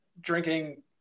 drinking